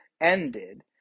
ended